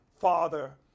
Father